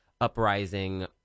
uprising